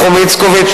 נחום איצקוביץ,